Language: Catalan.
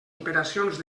operacions